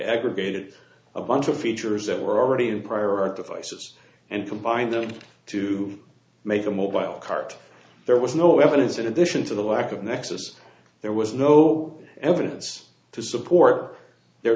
aggregated a bunch of features that were already in prior art devices and combined them to make a mobile cart there was no evidence in addition to the lack of nexus there was no evidence to support their